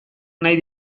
nahi